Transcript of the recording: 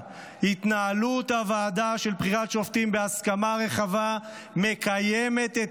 התנהלות הוועדה של בחירת שופטים בהסכמה רחבה מקיימת את